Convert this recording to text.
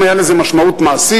אם היתה לזה משמעות מעשית,